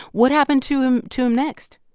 what happened to him to him next?